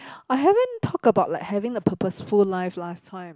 I haven't talked about like having a purposeful life last time